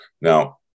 Now